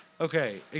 Okay